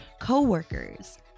coworkers